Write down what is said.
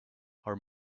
our